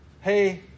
Hey